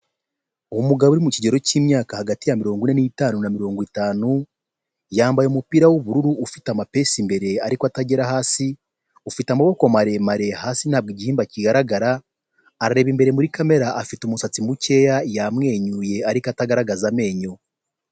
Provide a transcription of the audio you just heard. Umugabo uri mu kigero cy'imyaka hagati mirongo ine n'itanu na mirongo itanu yambaye umupira w'ubururu ufite amapesi imbere ariko atagera hasi ufite amaboko maremare hasi ntabwo igihimba kigaragara arareba imbere muri kamere afite umusatsi mukeya yamwenyuye ariko atagaragaza amenyo.